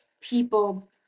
people